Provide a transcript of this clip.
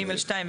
(ג2),